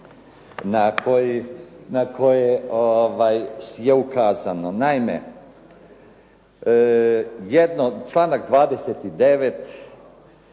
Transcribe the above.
na koje je ukazano. Naime, jedno, članak 29.